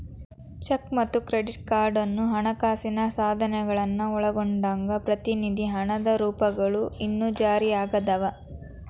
check ಮತ್ತ credit card ಹಣಕಾಸಿನ ಸಾಧನಗಳನ್ನ ಒಳಗೊಂಡಂಗ ಪ್ರತಿನಿಧಿ ಹಣದ ರೂಪಗಳು ಇನ್ನೂ ಜಾರಿಯಾಗದವ